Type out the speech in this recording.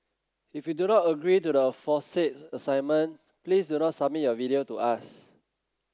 if you do not agree to the aforesaid assignment please do not submit your video to us